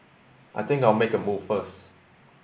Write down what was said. I think I'll make a move first